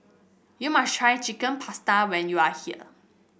you must try Chicken Pasta when you are here